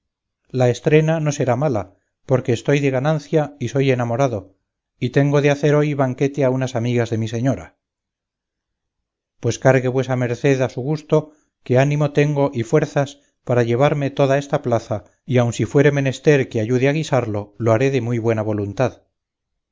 la estrena no será mala porque estoy de ganancia y soy enamorado y tengo de hacer hoy banquete a unas amigas de mi señora pues cargue vuesa merced a su gusto que ánimo tengo y fuerzas para llevarme toda esta plaza y aun si fuere menester que ayude a guisarlo lo haré de muy buena voluntad